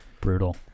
Brutal